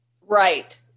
Right